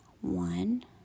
one